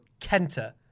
Kenta